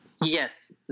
Yes